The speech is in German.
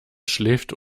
schläft